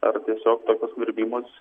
ar tiesiog skverbimos